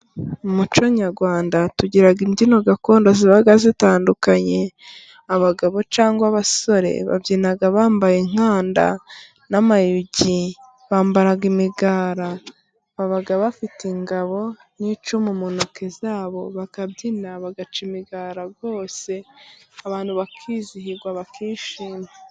Mu muco nyarwanda tugiraga imbyino gakondo ziba zitandukanye. Abagabo cyangwa abasore babyina bambaye inkanda n'amayugi, bambara imigara, baba bafite ingabo n'icumu mu ntoki zabo, bakabyina, bagaca imigara bose, abantu bakizihirwa bakishima.